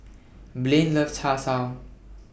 Blain loves Char Siu